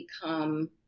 become